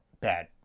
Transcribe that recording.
bad